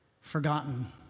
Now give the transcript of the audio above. forgotten